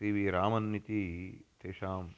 C V Raman इति तेषाम्